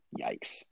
Yikes